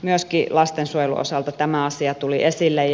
myöskin lastensuojelun osalta tämä asia tuli esille